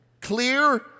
clear